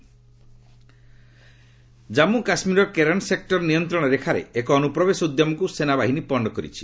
army infiltration Jammu କାଶ୍ମୀରର Keran sector ନିୟନ୍ତ୍ରଣ ରେଖାରେ ଏକ ଅନୁପ୍ରବେଶ ଉଦ୍ୟମକୁ ସେନାବାହିନୀ ପଶ୍ଚ କରିଛି